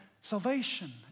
salvation